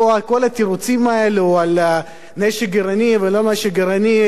כל התירוצים האלה על נשק גרעיני ולא נשק גרעיני,